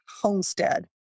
homestead